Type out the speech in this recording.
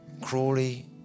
Crawley